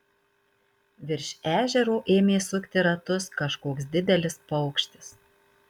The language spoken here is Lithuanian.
virš ežero ėmė sukti ratus kažkoks didelis paukštis